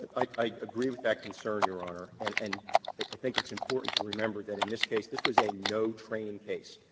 i agree with that concern, your honor. and and i think it's important to remember that in this case, this was a no-training case.